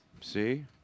See